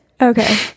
Okay